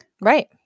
Right